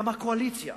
גם הקואליציה